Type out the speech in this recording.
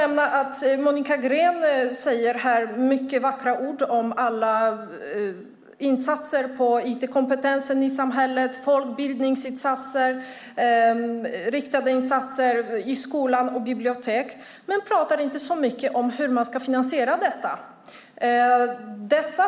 Monica Green säger många vackra ord om alla insatser för IT-kompetens i samhället, folkbildningsinsatser, riktade insatser i skolor och på bibliotek. Däremot talar hon inte särskilt mycket om hur detta ska finansieras.